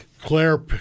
Claire